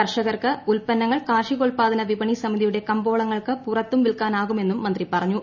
കർഷകർക്ക് ഉൽപ്പന്നങ്ങൾ കാർഷികോ ൽപ്പദാന വിപണി സമിതിയുടെ കമ്പോളങ്ങൾക്കു പുറത്തും വിൽക്കാനാകു മെന്നും മന്ത്രി പറഞ്ഞു